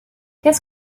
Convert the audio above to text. qu’est